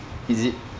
is it